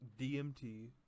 dmt